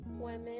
women